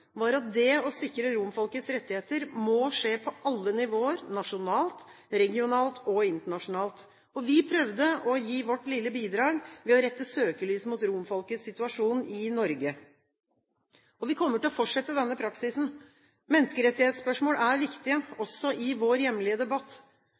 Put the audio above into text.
var at det å sikre romfolkets rettigheter må skje på alle nivåer – nasjonalt, regionalt og internasjonalt. Vi prøvde å gi vårt lille bidrag ved å rette søkelyset mot romfolkets situasjon i Norge. Vi kommer til å fortsette denne praksisen. Menneskerettighetsspørsmål er viktige,